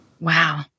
Wow